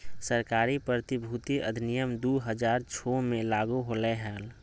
सरकारी प्रतिभूति अधिनियम दु हज़ार छो मे लागू होलय हल